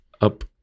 up